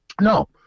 No